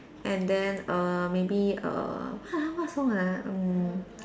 and then err maybe err what ah what song ah mm